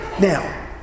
Now